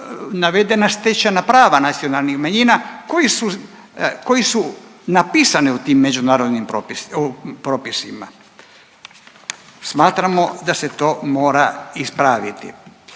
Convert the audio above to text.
navedena stečena prava nacionalnih manjina koji su, koji su napisane u tim međunarodnim propisima. Smatramo da se to mora ispraviti,